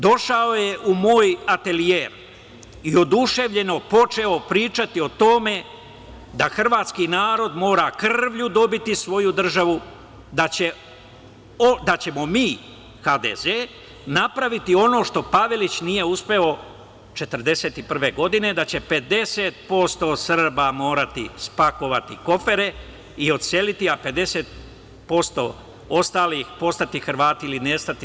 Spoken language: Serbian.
Došao je u moj atelijer i oduševljeno počeo pričati o tome da hrvatski narod mora krvlju dobiti svoju državu, da ćemo mi, HDZ, napraviti ono što Pavelić nije uspeo 1941. godine, da će 50% Srba morati spakovati kofere i odseliti a 50% ostalih postati Hrvati ili nestati"